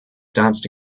danced